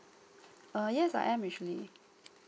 uh yes I am actually